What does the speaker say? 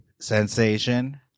sensation